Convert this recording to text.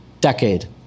decade